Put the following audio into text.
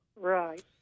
Right